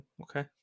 okay